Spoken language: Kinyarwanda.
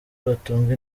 batunga